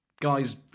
guys